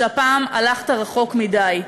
שהפעם הלכת רחוק מדי,